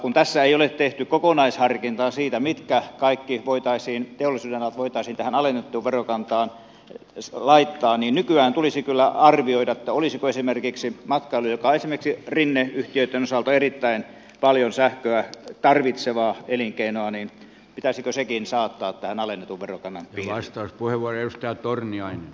kun tässä ei ole tehty kokonaisharkintaa siitä mitkä kaikki teollisuudenalat voitaisiin tähän alennettuun verokantaan laittaa niin nykyään tulisi kyllä arvioida pitäisikö esimerkiksi matkailukin joka on esimerkiksi rinneyhtiöitten osalta erittäin paljon sähköä tarvitseva elinkeino saattaa tähän alennetun verokannan piiriin